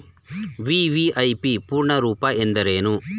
VVIP ಪೂರ್ಣ ರೂಪ ಎಂದರೇನು?